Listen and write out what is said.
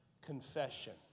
confession